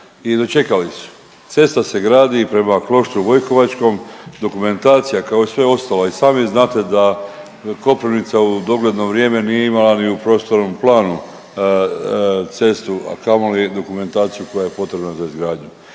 i dočekali su, cesta se gradi prema Kloštru Vojakovačkom, dokumentacija, kao i sve ostalo i sami znate da Koprivnica u dogledno vrijeme nije imala ni u prostornom planu cestu, a kamoli dokumentaciju koja je potrebna za izgradnju.